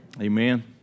Amen